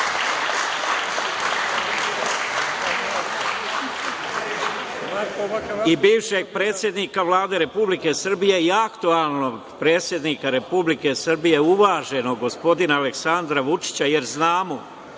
bivšeg predsednika Vlade Republike Srbije, i aktuelnog predsednika Republike Srbije, uvaženog gospodina Aleksandra Vučića, jer znamo,